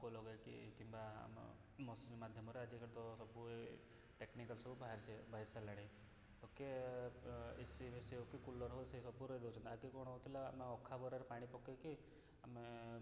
ଲୋକ ଲଗାଇକି କିମ୍ବା ଆମ ମଶୁରି ମାଧ୍ୟମରେ ଆଜିକାଲି ତ ସବୁ ଟେକ୍ନିକାଲି ସବୁ ବାହାରି ସାରିଲାଣି ଓକେ ଏ ସି ବେଶୀ ହଉ କୁଲର୍ ହଉ ସେ ସବୁ ପୁରାଇ ଦେଉଛନ୍ତି ଆଗେ କ'ଣ ହେଉଥିଲା ଆମେ ଅଖା ବରାରେ ପାଣି ପକାଇକି ଆମେ